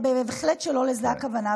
ובהחלט שלא לזה הכוונה.